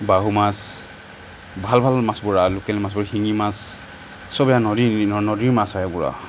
বাহু মাছ ভাল ভাল মাছবোৰ আৰু লোকেল মাছবোৰ শিঙি মাছ চব সেইয়া নদীৰ নদীৰ মাছ হয় সেইবোৰ আৰু